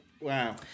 Wow